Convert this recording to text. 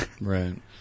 Right